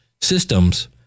systems